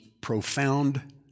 profound